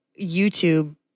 YouTube